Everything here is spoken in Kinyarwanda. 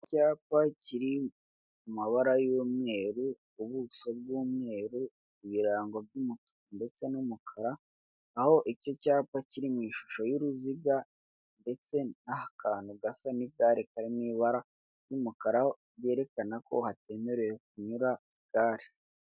Icyapa kiri mu mabara y'umweru, ubuso bw'umweru, ibirango by'umutuku ndetse n'umukara; aho icyo cyapa kiri mu ishusho y'uruziga ndetse n'akantu gasa nk'igare kari mu ibara ry'umukara, aho berekana ko hatemerewe kunyura igare.